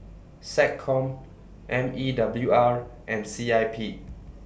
Seccom M E W R and C I P